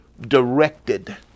directed